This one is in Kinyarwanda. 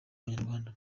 abanyarwanda